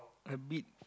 a bit